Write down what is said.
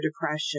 depression